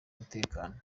umutekano